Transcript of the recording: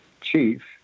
chief